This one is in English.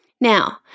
Now